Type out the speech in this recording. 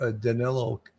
Danilo